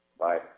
Bye